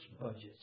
budgets